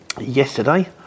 yesterday